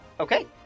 Okay